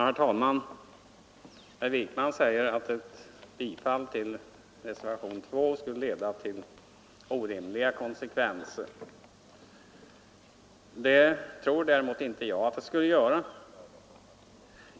Herr talman! Herr Wijkman säger att ett bifall till reservationen 2 skulle leda till orimliga konsekvenser. Det tror inte jag.